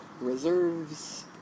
reserves